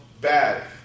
bad